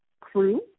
crew